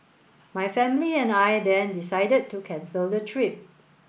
my family and I then decided to cancel the trip